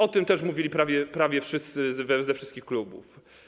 O tym też mówili prawie wszyscy ze wszystkich klubów.